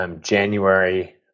January